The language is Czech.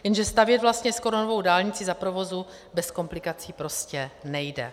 Jenže stavět vlastně skoro novou dálnici za provozu bez komplikací prostě nejde.